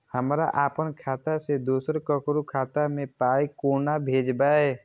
हमरा आपन खाता से दोसर ककरो खाता मे पाय कोना भेजबै?